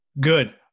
Good